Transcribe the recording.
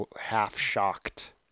half-shocked